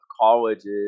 colleges